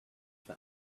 them